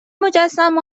مجسمه